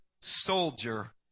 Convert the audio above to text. soldier